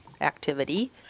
activity